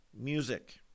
music